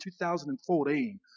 2014